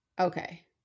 Okay